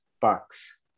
bucks